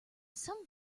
some